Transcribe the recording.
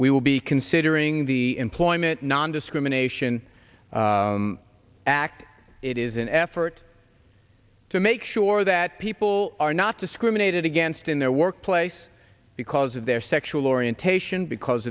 we will be considering the employment nondiscrimination act it is an effort to make sure that people are not discriminated against in their workplace because of their sexual orientation because